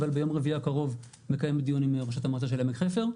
אבל ביום רביעי הקרוב נקיים דיונים עם ראשת המועצה של עמק חפר.